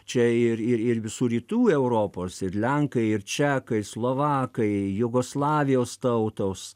čia ir ir visų rytų europos ir lenkai ir čekai slovakai jugoslavijos tautos